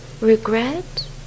regret